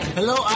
Hello